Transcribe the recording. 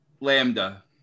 Lambda